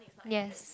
yes